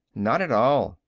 not at all.